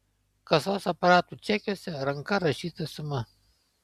kasos aparatų čekiuose ranka rašyta suma